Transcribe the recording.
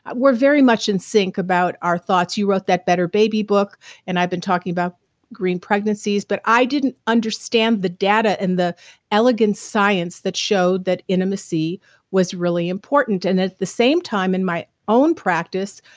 we're very much in sync about our thoughts you wrote that better baby book and i've been talking about green pregnancies but i didn't understand the data and the elegant science that showed that intimacy was really important. and at the same time in my own practice,